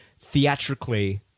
theatrically